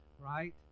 right